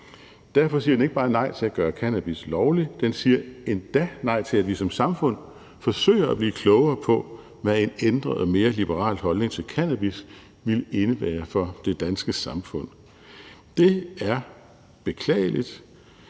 Derfor siger den ikke bare nej til at gøre cannabis lovligt; den siger endda nej til, at vi som samfund forsøger at blive klogere på, hvad en ændret og mere liberal holdning til cannabis ville indebære for det danske samfund. Det er beklageligt,